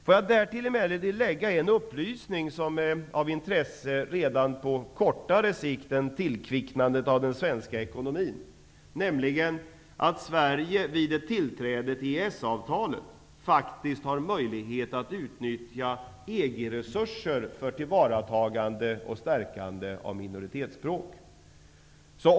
Får jag därtill lägga en upplysning som är av intresse redan på kortare sikt än tillkvicknandet av den svenska ekonomin, nämligen att Sverige vid ett antagande av EES-avtalet faktiskt har möjlighet att utnyttja EG-resurser för tillvaratagande och stärkande av minoritetsspråk.